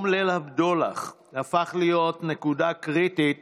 פוגרום ליל הבדולח הפך להיות נקודה קריטית